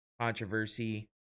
controversy